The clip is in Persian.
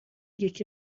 یکی